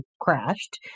crashed